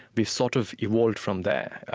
we've sort of evolved from there,